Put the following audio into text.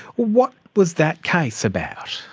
what was that case about?